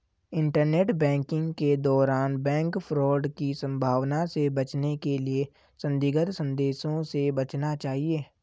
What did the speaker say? internet banking के दौरान bank fraud की संभावना से बचने के लिए संदिग्ध संदेशों से बचना चाहिए